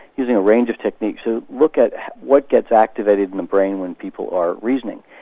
using a range of techniques to look at what gets activated in the brain when people are reasoning.